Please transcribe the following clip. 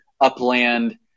Upland